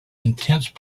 intensive